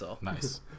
Nice